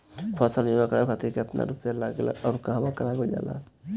फसल बीमा करावे खातिर केतना रुपया लागेला अउर कहवा करावल जाला?